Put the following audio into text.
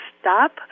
stop